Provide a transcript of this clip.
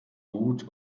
gut